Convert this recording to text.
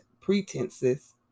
pretenses